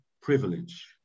privilege